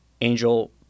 Angel